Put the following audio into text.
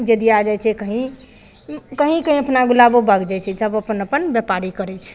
जेदिया जाइ छै कहीं कहीं कहीं अपना गुलाबो बाग जाइ छै सब अपन अपन व्यापारी करै छै